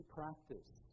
practice